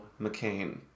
McCain